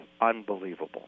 unbelievable